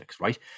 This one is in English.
Right